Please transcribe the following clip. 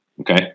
Okay